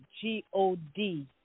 G-O-D